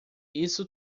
isso